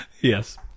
Yes